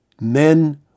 men